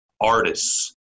artists